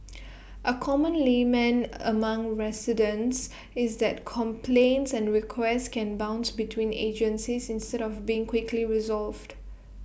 A common lament among residents is that complaints and requests can bounce between agencies instead of being quickly resolved